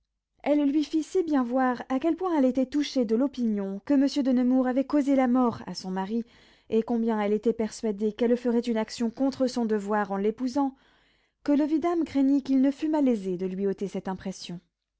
elle lui fit si bien voir à quel point elle était touchée de l'opinion que monsieur de nemours avait causé la mort à son mari et combien elle était persuadée qu'elle ferait une action contre son devoir en l'épousant que le vidame craignit qu'il ne fût malaisé de lui ôter cette impression